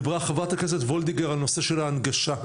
דיברה חברת הכנסת וולדיגר על הנושא של ההנגשה.